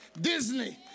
Disney